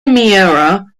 miura